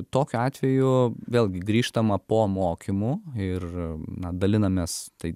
tokiu atveju vėlgi grįžtama po mokymų ir na dalinamės tai